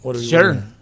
Sure